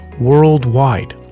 worldwide